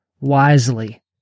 wisely